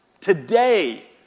today